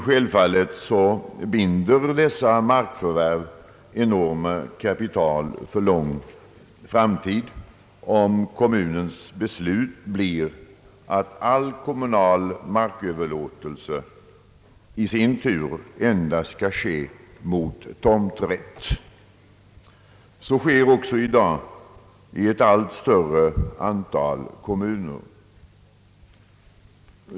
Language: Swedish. Självfallet binder dock dessa markförvärv enorma kapital för lång framtid, om kommunens beslut blir att all kommunal markupplåtelse i sin tur endast skall ske mot tomträtt. Så sker i dag i ett allt större antal kommuner.